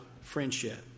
friendship